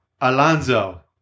Alonso